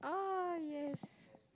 ah yes